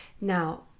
now